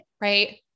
right